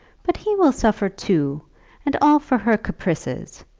but he will suffer too and all for her caprices!